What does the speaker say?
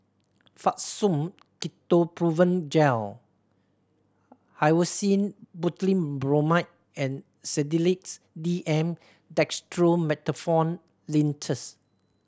Fastum Ketoprofen Gel Hyoscine Butylbromide and Sedilix D M Dextromethorphan Linctus